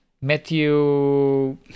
Matthew